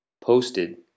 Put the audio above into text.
posted